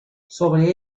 sobre